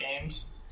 games